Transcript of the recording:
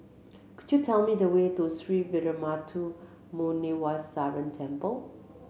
could you tell me the way to Sree Veeramuthu Muneeswaran Temple